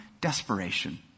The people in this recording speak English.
desperation